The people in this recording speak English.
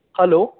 hello